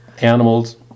animals